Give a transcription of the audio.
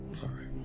Sorry